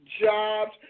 jobs